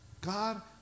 God